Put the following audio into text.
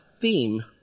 theme